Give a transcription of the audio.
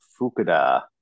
Fukuda